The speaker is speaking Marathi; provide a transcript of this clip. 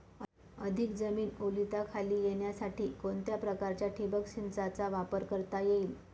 अधिक जमीन ओलिताखाली येण्यासाठी कोणत्या प्रकारच्या ठिबक संचाचा वापर करता येईल?